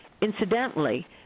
Incidentally